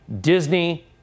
Disney